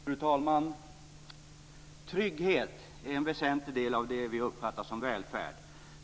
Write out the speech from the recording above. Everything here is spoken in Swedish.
Fru talman! Trygghet är en väsentlig del av det som vi uppfattar som välfärd.